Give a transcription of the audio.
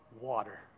water